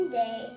day